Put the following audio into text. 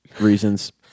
reasons